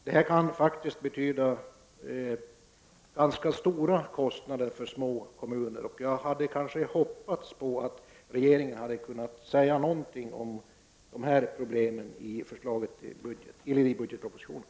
Detta kan faktiskt för små kommuner betyda ganska stora kostnader, och jag hade hoppats på att regeringen skulle säga någonting om dessa problem i budgetpropositionen.